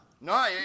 No